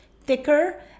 thicker